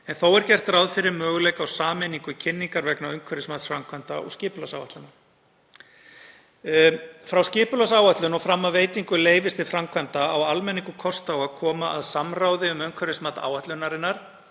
en þó er gert ráð fyrir möguleika á sameiningu kynningar vegna umhverfismats framkvæmda og skipulagsáætlana. Frá skipulagsáætlun og fram að veitingu leyfis til framkvæmda á almenningur kost á að koma að samráði um umhverfismat áætlunarinnar